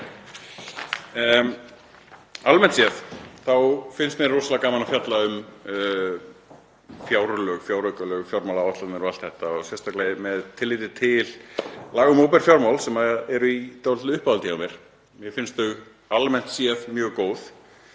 Almennt séð þá finnst mér rosalega gaman að fjalla um fjárlög, fjáraukalög, fjármálaáætlanir og allt þetta, sérstaklega með tilliti til laga um opinber fjármál sem eru í dálitlu uppáhaldi hjá mér. Mér finnst þau almennt séð mjög góð